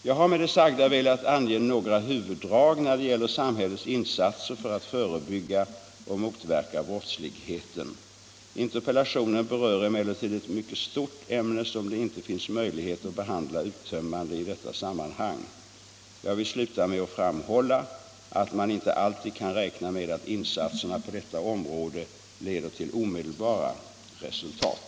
Jag har med det sagda velat ange några huvuddrag när det gäller samhällets insatser för att förebygga och motverka brottsligheten. Interpellationen berör emellertid ett mycket stort ämne som det inte finns möjlighet att behandla uttömmande i detta sammanhang. Jag vill sluta med att framhålla att man inte alltid kan räkna med att insatserna på detta område leder till omedelbara resultat.